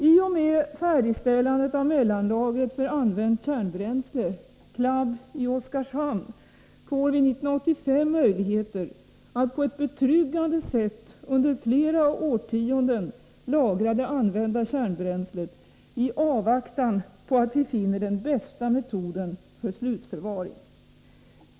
I och med färdigställandet av mellanlagret för använt kärnbränsle —- CLAB i Oskarshamn — får vi 1985 möjligheter att på ett betryggande sätt under flera årtionden lagra det använda kärnbränslet i avvaktan på att vi finner den bästa metoden för slutförvaring.